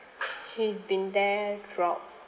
he's been there throughout